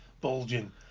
bulging